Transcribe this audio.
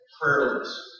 prayerless